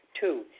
Two